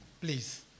Please